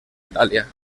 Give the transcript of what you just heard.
italia